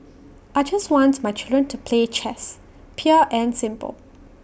I just want my children to play chess pure and simple